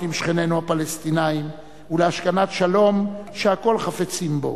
עם שכנינו הפלסטינים ולהשכנת שלום שהכול חפצים בו,